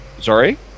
sorry